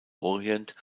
orient